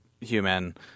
human